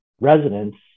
residents